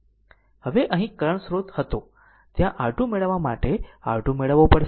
હવે અહીં કરંટ સ્રોત હતો ત્યાં R2 મેળવવા માટે R2 મેળવવો પડશે